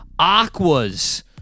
Aquas